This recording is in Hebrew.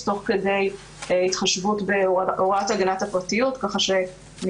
תוך כדי התחשבות בהוראת הגנת הפרטיות כך שאני